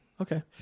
Okay